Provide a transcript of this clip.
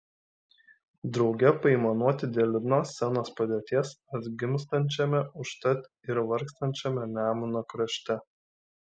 drauge paaimanuoti dėl liūdnos scenos padėties atgimstančiame užtat ir vargstančiame nemuno krašte